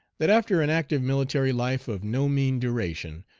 that after an active military life of no mean duration,